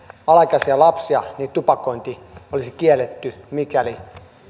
alaikäisiä lapsia tupakointi olisi kielletty mikäli